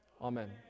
Amen